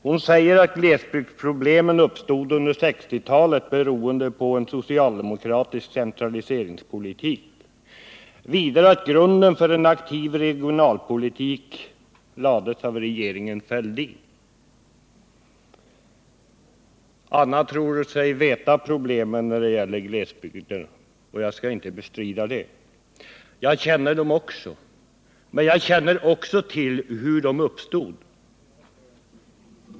Hon säger att glesbygdsproblemen uppstod under 1960-talet beroende på en socialdemokratisk centraliseringspolitik. Hon säger vidare att grunden för en aktiv regionalpolitik lades under regeringen Fälldins tid. Anna Eliasson tror sig känna till problemen när det gäller glesbygd — och jag skall inte bestrida det. Jag känner också till dem. Men jag känner också till hur de uppstod.